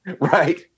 right